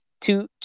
two